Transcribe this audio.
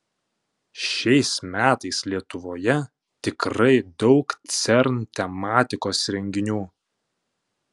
šiais metais lietuvoje tikrai daug cern tematikos renginių